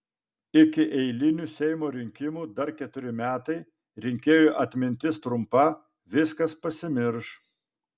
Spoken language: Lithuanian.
iki eilinių seimo rinkimų dar keturi metai rinkėjų atmintis trumpa viskas pasimirš